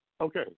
Okay